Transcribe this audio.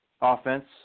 offense